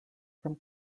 from